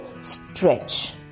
stretch